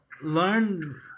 learn